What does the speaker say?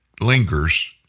lingers